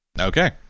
okay